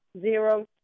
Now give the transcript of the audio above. zero